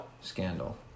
scandal